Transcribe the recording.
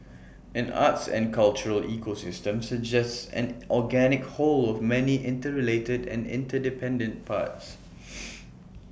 an arts and cultural ecosystem suggests an organic whole of many interrelated and interdependent parts